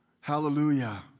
Hallelujah